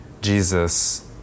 Jesus